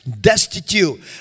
destitute